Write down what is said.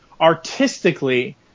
Artistically